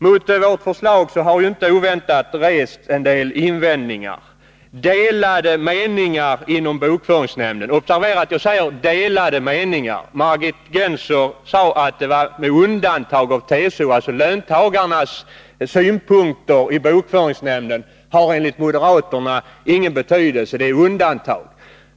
Mot vårt förslag har inte oväntat rests en del invändningar. Det har rått delade meningar inom bokföringsnämnden. Jag vill betona uttrycket ”delade meningar”, eftersom Margit Gennser i det sammanhanget sade ”med undantag av TCO”. Löntagarnas synpunkter i bokföringsnämnden har alltså enligt moderaterna ingen betydelse, utan de är undantag.